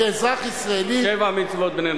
כאזרח ישראלי --- שבע מצוות בני נח.